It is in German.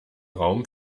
raum